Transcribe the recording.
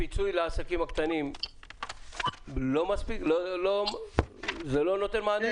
הפיצוי לעסקים קטנים לא נותן מענה?